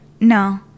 No